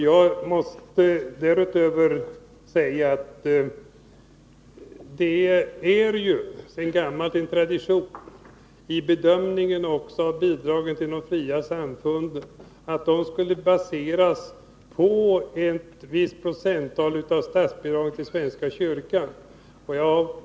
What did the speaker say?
Jag måste därutöver säga att det ju sedan gammalt är en tradition också i fråga om bedömningen av bidragen till de fria samfunden att dessa skall baseras på ett visst procenttal av statsbidraget till svenska kyrkan.